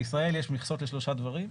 בישראל יש מכסות לשלושה דברים: